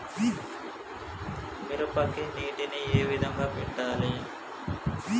మిరపకి నీటిని ఏ విధంగా పెట్టాలి?